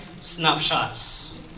snapshots